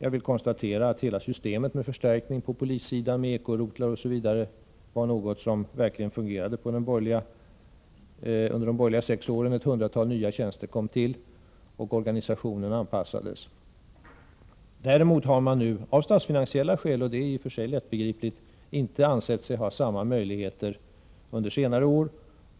Jag konstaterar att hela systemet med förstärkning på polissidan, med eko-rotlar osv., var något som verkligen fungerade under de borgerliga sex åren. Ett hundratal nya tjänster kom till, och organisationen anpassades. Däremot har man under senare år av statsfinansiella skäl — det är i och för sig lättbegripligt — inte ansett sig ha samma möjligheter.